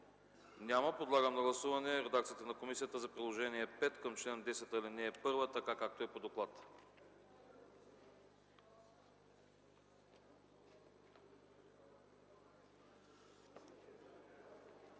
Няма. Подлагам на гласуване редакцията на комисията за Приложение № 5 към чл. 10, ал. 1, така както е по доклад.